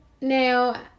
Now